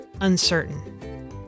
uncertain